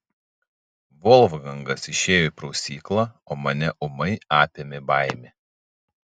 volfgangas išėjo į prausyklą o mane ūmai apėmė baimė